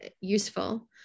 useful